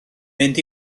mynd